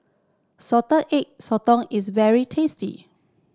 Salted Egg Sotong is very tasty